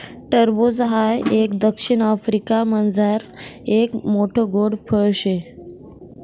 टरबूज हाई एक दक्षिण आफ्रिकामझारलं एक मोठ्ठ गोड फळ शे